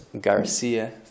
Garcia